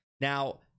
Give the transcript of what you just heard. Now